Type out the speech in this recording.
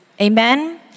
Amen